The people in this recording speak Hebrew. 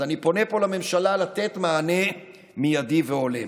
אז אני פונה פה לממשלה לתת מענה מיידי והולם.